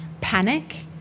panic